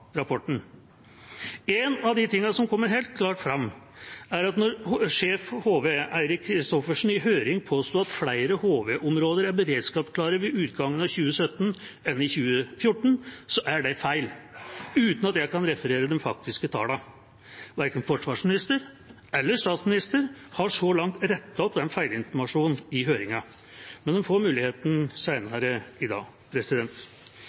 rapporten. En av de tingene som kommer helt klart fram, er at når sjef HV, Eirik Kristoffersen, i høring påstår at flere HV-områder enn i 2014 er beredskapsklare ved utgangen av 2017, er det feil – uten at jeg kan referere de faktiske tallene. Verken forsvarsminister eller statsminister har så langt rettet opp denne feilinformasjonen i høringen, men de får muligheten senere i dag.